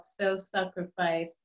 self-sacrifice